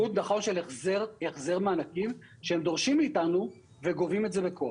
על התפקוד של החזר מענקים שהם דורשים מאיתנו וגובים את זה בכוח.